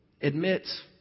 admits